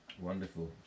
wonderful